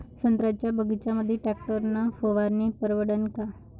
संत्र्याच्या बगीच्यामंदी टॅक्टर न फवारनी परवडन का?